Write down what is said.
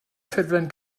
ffurflen